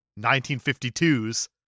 1952's